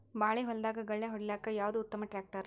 ಬಾಳಿ ಹೊಲದಾಗ ಗಳ್ಯಾ ಹೊಡಿಲಾಕ್ಕ ಯಾವದ ಉತ್ತಮ ಟ್ಯಾಕ್ಟರ್?